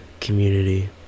community